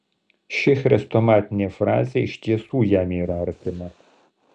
ši chrestomatinė frazė iš tiesų jam yra artima